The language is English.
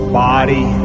body